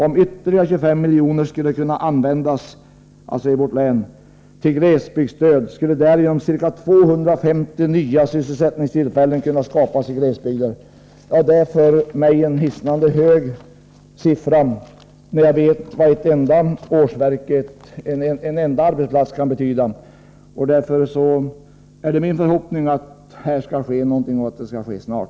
Om ytterligare 25 miljoner kronor skulle kunna användas till glesbygdsstöd skulle därigenom ca 250 nya sysselsättningstillfällen kunna skapas i glesbygder.” Det är för mig en hisnande hög siffra när jag vet vad en enda arbetsplats kan betyda. Därför är min förhoppning att det skall ske någonting och att det skall ske snart.